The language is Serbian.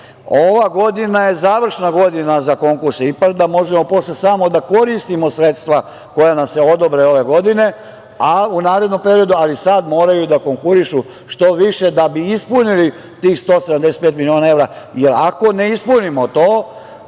II.Ova godina je završna godina za konkurse IPARD-a. Možemo posle samo da koristimo sredstva koja nam se odobre ove godine, a u narednom periodu, ali sada moraju da konkurišu što više da bi ispunili tih 175 miliona evra, jer ako ne ispunimo to,